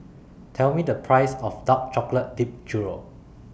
Tell Me The Price of Dark Chocolate Dipped Churro